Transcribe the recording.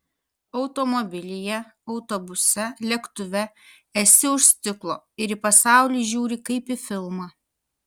automobilyje autobuse lėktuve esi už stiklo ir į pasaulį žiūri kaip į filmą